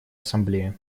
ассамблея